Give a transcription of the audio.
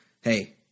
hey